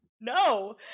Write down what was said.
No